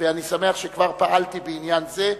ואני שמח שכבר פעלתי בעניין זה.